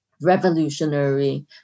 revolutionary